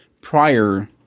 prior